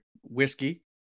whiskey